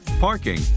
parking